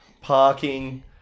parking